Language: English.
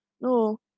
No